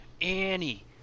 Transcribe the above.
Annie